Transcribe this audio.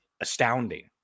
astounding